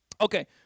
Okay